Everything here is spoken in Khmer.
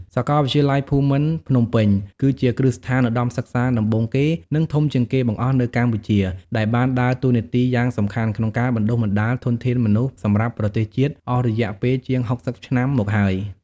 សាកលវិទ្យាល័យភូមិន្ទភ្នំពេញគឺជាគ្រឹះស្ថានឧត្តមសិក្សាដំបូងគេ និងធំជាងគេបង្អស់នៅកម្ពុជា ដែលបានដើរតួនាទីយ៉ាងសំខាន់ក្នុងការបណ្តុះបណ្តាលធនធានមនុស្សសម្រាប់ប្រទេសជាតិអស់រយៈពេលជាង ៦០ ឆ្នាំមកហើយ។